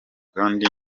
kandi